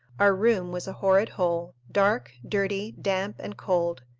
our room was a horrid hole, dark, dirty, damp, and cold,